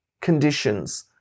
conditions